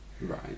Right